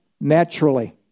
naturally